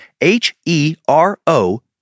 H-E-R-O